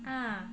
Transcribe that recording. ah